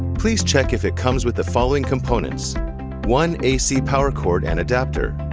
please check if it comes with the following components one ac power cord and adapter,